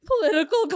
political